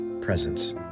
presence